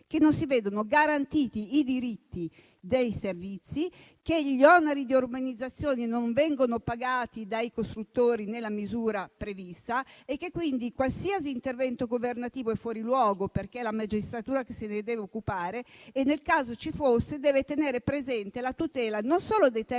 non si vedono garantiti nei loro diritti ai servizi, e che gli oneri di urbanizzazione non vengono pagati dai costruttori nella misura prevista; quindi qualsiasi intervento governativo è fuori luogo, perché è la magistratura che se ne deve occupare e, nel caso ci fosse, deve tenere presente la tutela non solo dei terzi